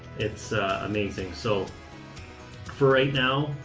it's a amazing. so for right now,